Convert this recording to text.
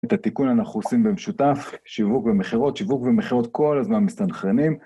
את התיקון אנחנו עושים במשותף, שיווק ומכירות, שיווק ומכירות כל הזמן מסתנכרנים.